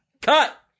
Cut